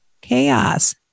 Chaos